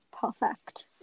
Perfect